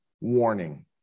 warning